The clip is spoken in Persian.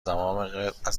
دماغت